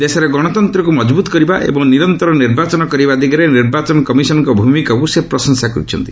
ଦେଶର ଗଣତନ୍ତ୍ରକୁ ମକଭୂତ କରିବା ଏବଂ ନିରନ୍ତର ନିର୍ବାଚନ କରାଇବା ଦିଗରେ ନିର୍ବାଚନ କମିଶନଙ୍କ ଭୂମିକାକୁ ସେ ପ୍ରଶଂସା କରିଛନ୍ତି